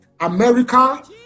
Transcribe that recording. america